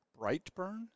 Brightburn